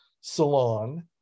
salon